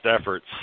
efforts